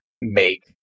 make